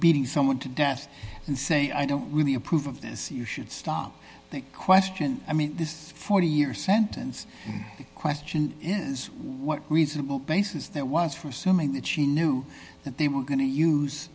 beating someone to death and saying i don't really approve of this you should stop question i mean this forty year sentence question is what reasonable basis that was for assuming that she knew that they were going to use